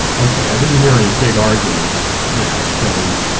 okay, i didn't hear any big arguments there so,